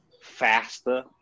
faster